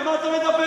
על מה אתה מדבר?